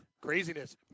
Craziness